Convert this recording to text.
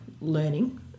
learning